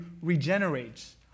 regenerates